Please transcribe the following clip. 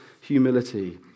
humility